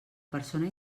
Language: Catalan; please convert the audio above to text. persona